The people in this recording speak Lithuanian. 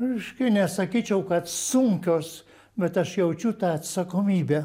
reiškia nesakyčiau kad sunkios bet aš jaučiu tą atsakomybę